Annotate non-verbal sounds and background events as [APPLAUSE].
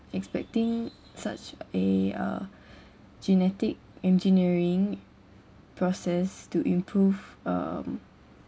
expecting such a uh [BREATH] genetic engineering process to improve um